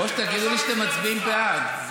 או שתגידו לי שאתם מצביעים בעד.